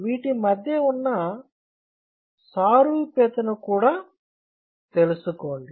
వీటి మధ్య ఉన్న సారూప్యతను కూడా తెలుసుకోండి